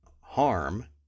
harm